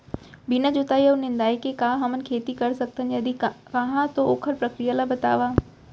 बिना जुताई अऊ निंदाई के का हमन खेती कर सकथन, यदि कहाँ तो ओखर प्रक्रिया ला बतावव?